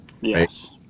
yes